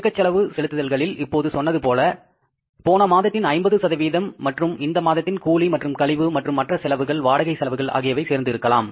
இயக்கச் செலவு செலுத்துதல்களில் இப்போது சொன்னது போல போன மாதத்தின் 50 மற்றும் இந்த மாதத்தின் கூலி மற்றும் கழிவு மற்றும் மற்ற செலவுகள் வாடகை செலவுகள் ஆகியவை சேர்ந்து இருக்கலாம்